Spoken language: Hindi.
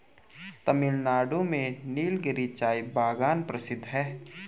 तमिलनाडु में नीलगिरी चाय बागान प्रसिद्ध है